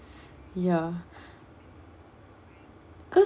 ya because